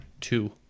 two